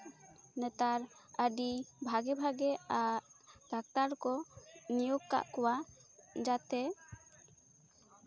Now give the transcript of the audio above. ᱱᱮᱛᱟᱨ ᱟᱹᱰᱤ ᱵᱷᱟᱜᱮ ᱵᱷᱟᱜᱮ ᱟᱜ ᱰᱟᱠᱛᱟᱨ ᱠᱚ ᱱᱤᱭᱳᱜᱽ ᱠᱟᱜ ᱠᱚᱣᱟ ᱡᱟᱛᱮ